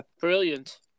brilliant